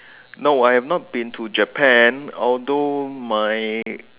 no I have not been to Japan although my